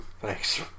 Thanks